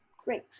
great,